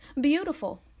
beautiful